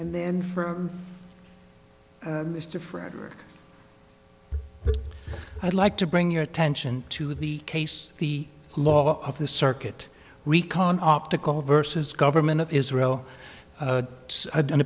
and then for mr frederick i'd like to bring your attention to the case the law of the circuit recon optical versus government of israel